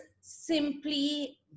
simply